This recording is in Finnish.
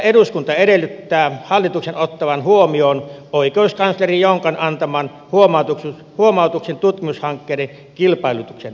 eduskunta edellyttää että hallitus ottaa huomioon oikeuskansleri jaakko jonkan antaman huomautuksen tutkimushankkeiden kilpailutuksen osalta